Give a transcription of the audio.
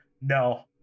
No